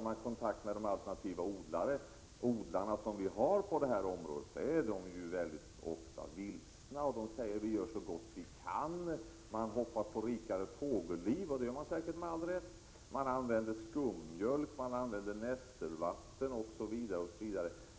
Om man tar kontakt med någon av de odlare som vi har på detta område, märker man att odlarna mycket ofta är vilsna. De säger: Vi gör så gott vi kan. Vidare hoppas man på ett rikare fågelliv — och det gör man säkert med all rätt. Man använder skummjölk, nässelvatten osv.